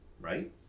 Right